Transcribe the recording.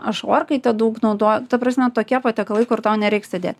aš orkaitę daug naudoju ta prasme tokie patiekalai kur tau nereik sėdėt